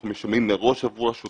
אנחנו משלמים מראש עבור השוטרים.